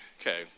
okay